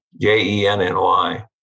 J-E-N-N-Y